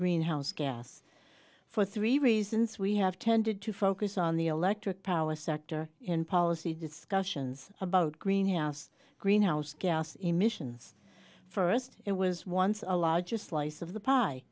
greenhouse gas for three reasons we have tended to focus on the electric power sector in policy discussions about greenhouse greenhouse gas emissions first it was once a larger slice of the pie